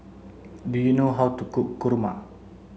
do you know how to cook kurma